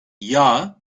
yağ